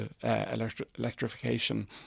electrification